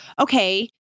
okay